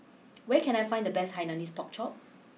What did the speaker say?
where can I find the best Hainanese Pork Chop